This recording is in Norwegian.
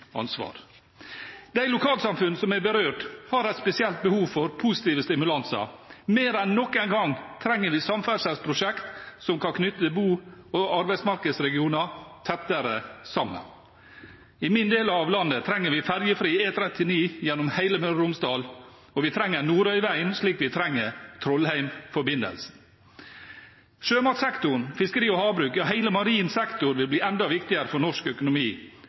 ansvar. De lokalsamfunn som er berørt, har et spesielt behov for positive stimulanser. Mer enn noen gang trenger vi samferdselsprosjekter som kan knytte bo- og arbeidsmarkedsregioner tettere sammen. I min del av landet trenger vi fergefri E39 gjennom hele Møre og Romsdal, og vi trenger Nordøyvegen slik vi trenger Trollheimforbindelsen. Sjømatsektoren, fiskeri og havbruk, ja, hele den marine sektoren, vil bli enda viktigere for norsk økonomi